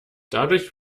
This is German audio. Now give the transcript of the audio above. dadurch